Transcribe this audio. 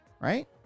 Right